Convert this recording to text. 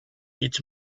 its